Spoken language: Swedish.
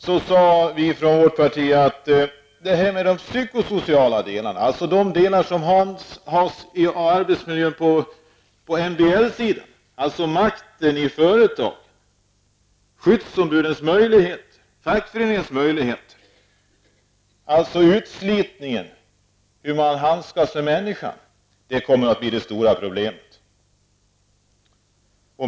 När man antog denna lag 1978, sade vi från vårt parti att de psykosociala delarna på MBL-sidan, alltså makten över företagen samt skyddsombudens och fackföreningarnas möjligheter, över huvud taget hur man skulle handskas med människor, skulle bli de stora problemen.